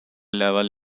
level